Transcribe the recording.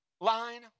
line